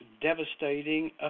devastating